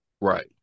Right